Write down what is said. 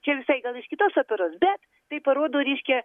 čia visai gal iš kitos operos bet tai parodo reiškia